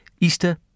Easter